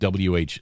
WH